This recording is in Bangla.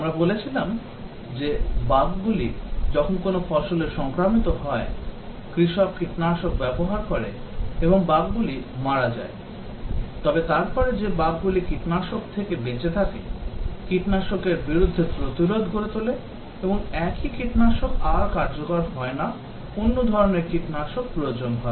আমরা বলেছিলাম যে বাগগুলি যখন কোনও ফসলে সংক্রামিত হয় কৃষক কীটনাশক ব্যবহার করে এবং বাগগুলি মারা যায় তবে তারপরে যে বাগগুলি কীটনাশক থেকে বেঁচে থাকে কীটনাশকের বিরুদ্ধে প্রতিরোধ গড়ে তোলে এবং একই কীটনাশক আর কার্যকর হয় না অন্য ধরণের কীটনাশক প্রয়োজন হয়